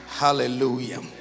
Hallelujah